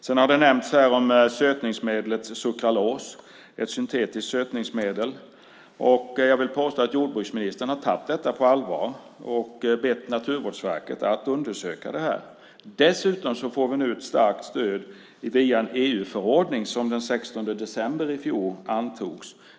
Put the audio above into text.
Här har nämnts sötningsmedlet sukralos, ett syntetiskt sötningsmedel. Jag vill påstå att jordbruksministern har tagit det på allvar, och han har bett Naturvårdsverket att undersöka det. Dessutom får vi nu ett starkt stöd via en EU-förordning som antogs den 16 december i fjol.